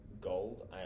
gold